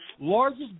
largest